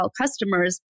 customers